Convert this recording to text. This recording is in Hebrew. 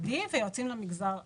החרדי ויועצים למגזר הערבי.